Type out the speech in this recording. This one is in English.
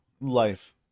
life